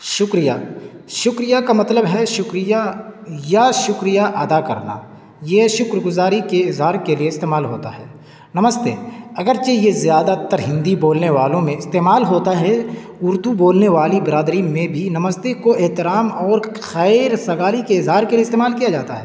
شکریہ شکریہ کا مطلب ہے شکریہ یا شکریہ ادا کرنا یہ شکر گزاری کی اظہار کے لیے استعمال ہوتا ہے نمستے اگر چہ یہ زیادہ تر ہندی بولنے والوں میں استعمال ہوتا ہے اردو بولنے والی برادری میں بھی نمستے کو احترام اور خیر سگالی کے اظہار کے لیے استعمال کیا جاتا ہے